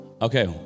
Okay